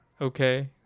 Okay